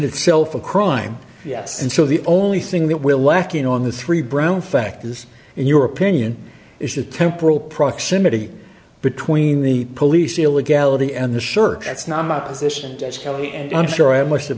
itself a crime yes and so the only thing that will lack in on the three brown factors in your opinion is the temporal proximity between the police the illegality and the sure that's not my position as kelly and i'm sure i must have